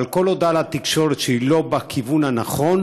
אבל כל הודעה לתקשורת שהיא לא בכיוון הנכון,